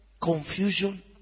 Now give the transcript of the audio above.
Confusion